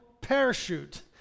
parachute